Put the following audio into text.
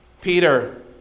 Peter